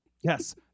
Yes